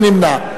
מי נמנע?